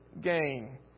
gain